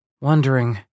wondering